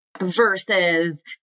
versus